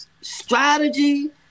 strategy